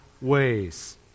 ways